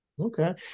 Okay